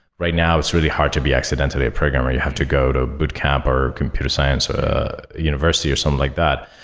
right now, it's really hard to be accidentally a programmer. you have to go to a boot camp or a computer science university or something like that.